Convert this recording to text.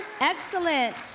Excellent